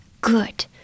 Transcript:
good